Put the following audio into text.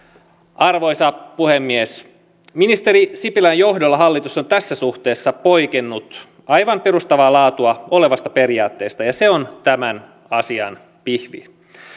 arvoisa puhemies ministeri sipilän johdolla hallitus on tässä suhteessa poikennut aivan perustavaa laatua olevasta periaatteesta ja se on tämän asian pihvi